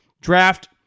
draft